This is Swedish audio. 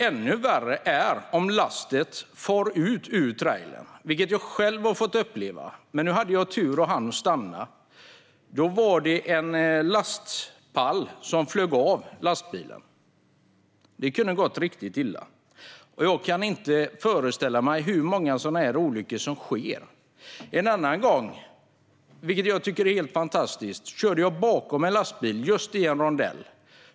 Ännu värre är om lasten far ut ur trailern. Det har jag själv upplevt, men jag hade tur och hann stanna. Det var en lastpall som flög av lastbilen, och det kunde gått riktigt illa. Jag kan inte föreställa mig hur många sådana här olyckor som sker. En annan gång körde jag bakom en lastbil i just en rondell.